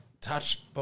touch